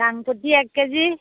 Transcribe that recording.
ডাংবদি এক কেজি